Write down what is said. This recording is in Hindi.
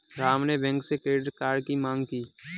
राम ने बैंक से क्रेडिट कार्ड की माँग की